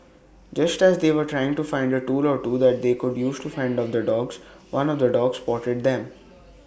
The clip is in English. just as they were trying to find A tool or two that they could use to fend off the dogs one of the dogs spotted them